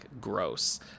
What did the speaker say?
gross